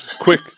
quick